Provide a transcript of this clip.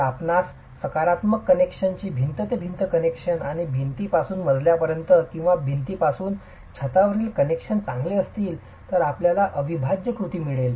जर आपणास सकारात्मक कनेक्शनची भिंत ते भिंत कनेक्शन आणि भिंतीपासून मजल्यापर्यंत किंवा भिंतीपासून छतावरील कनेक्शनमध्ये चांगले असतील तर आपल्याला अविभाज्य कृती मिळते